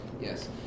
Yes